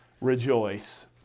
rejoice